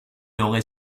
aurait